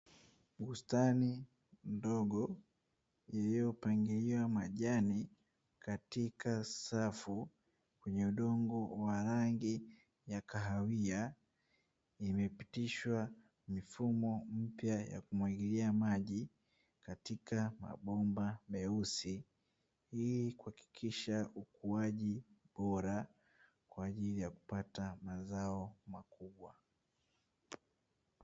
Bustani ndogo iliyopangiliwa majani katika safu kwenye udongo wa rangi ya kahawia, imepitishwa mifumo mipya ya kumwagilia maji katika mabomba meusi hii kuhakikisha ukuaji bora kwa ajili ya kupata mazao makubwa.